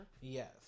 Yes